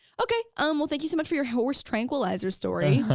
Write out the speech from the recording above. okay, um well, thank you so much for your horse tranquilizer story.